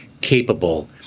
capable